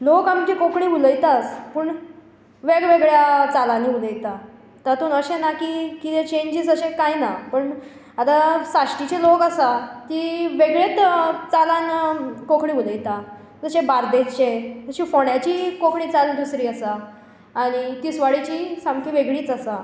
लोक आमची कोंकणी उलयतास पूण वेग वेगळ्या चालांनी उलयता तातून अशें ना की किदें चेंजीस अशे कांय ना पूण आतां साश्टीचे लोग आसा तीं वेगळेत चालान कोंकणी उलयता तशे बार्देसचे तशे फोंड्याची कोंकणी चाल दुसरी आसा आनी तिसवाडीची सामकी वेगळीच आसा